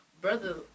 brother